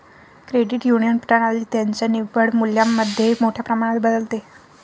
credit union प्रणाली त्यांच्या निव्वळ मूल्यामध्ये मोठ्या प्रमाणात बदलते